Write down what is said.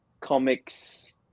comics